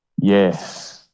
Yes